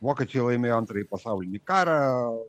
vokiečiai laimėjo antrąjį pasaulinį karą